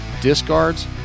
discards